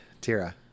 Tira